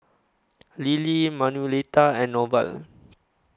Lilly Manuelita and Norval